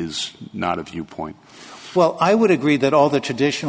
is not a viewpoint well i would agree that all the traditional